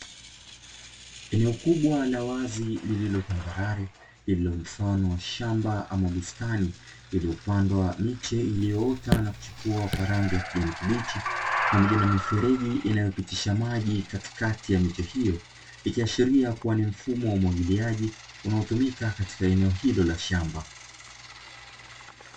Eneo kubwa la wazi lililo tambarare lililo mfano wa shamba ama bustani, iliyopandwa miche iliyoota na kuchipua kwa rangi ya kijani kibichi, pamoja na mifereji inayopitisha maji katikati ya miche hiyo; ikiashiria kuwa ni mfumo wa umwagiliaji unaotumika katika eneo hilo la shamba.